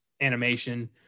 animation